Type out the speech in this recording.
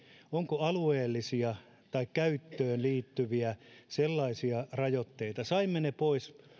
onko sellaisia alueellisia tai käyttöön liittyviä rajoitteita saimme ne pois